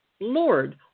Lord